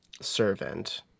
servant